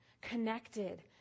connected